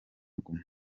guma